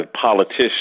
politicians